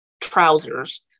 trousers